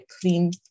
clean